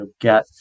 get